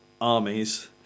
Armies